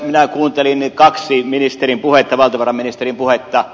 minä kuuntelin kaksi valtiovarainministerin puhetta